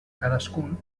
cadascun